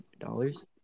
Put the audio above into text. dollars